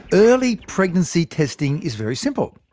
early pregnancy testing is very simple.